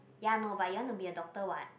ya no but you want to be a doctor what